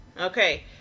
okay